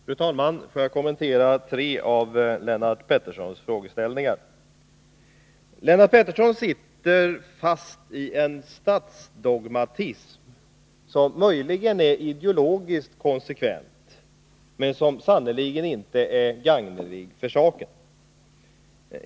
Fru talman! Får jag kommentera tre av Lennart Petterssons frågeställningar. Lennart Pettersson sitter fast i en statsdogmatism som möjligen är ideologiskt konsekvent, men som sannerligen inte är gagnelig för saken.